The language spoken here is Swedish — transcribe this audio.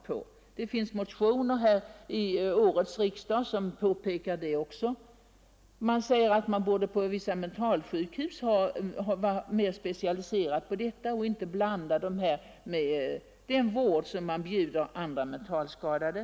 Det har också väckts motioner till årets riksdag i vilka man påpekar den saken. Det sägs att vissa mentalsjukhus borde vara mera specialiserade på narkomanvård och att man inte skall blanda narkomanpatienter med andra mentalskadade.